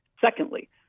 Secondly